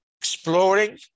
exploring